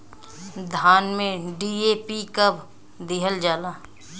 धान में डी.ए.पी कब दिहल जाला?